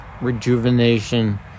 Rejuvenation